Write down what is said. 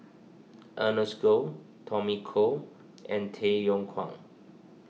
Ernest Goh Tommy Koh and Tay Yong Kwang